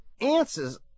answers